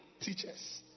teachers